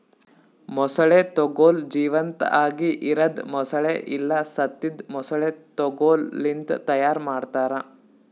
ಮೊಸಳೆ ತೊಗೋಲ್ ಜೀವಂತಾಗಿ ಇರದ್ ಮೊಸಳೆ ಇಲ್ಲಾ ಸತ್ತಿದ್ ಮೊಸಳೆ ತೊಗೋಲ್ ಲಿಂತ್ ತೈಯಾರ್ ಮಾಡ್ತಾರ